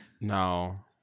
No